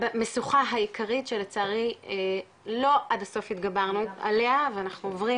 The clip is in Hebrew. המשוכה העיקרית שלצערי לא עד הסוף התגברנו עליה ואנחנו עוברים